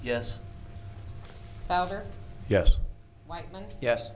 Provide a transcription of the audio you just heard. yes yes yes